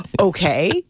Okay